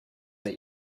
that